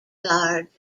guards